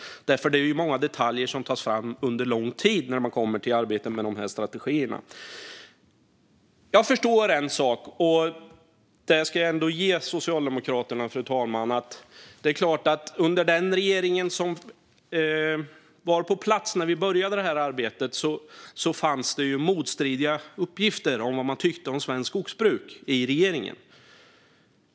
Det är nämligen många detaljer som tas fram under lång tid när det kommer till arbetet med de här strategierna. Jag förstår en sak, och det ska jag ändå ge Socialdemokraterna, fru talman: Under den regering som var på plats när vi började det här arbetet fanns det motstridiga uppgifter om vad regeringen tyckte om svenskt skogsbruk.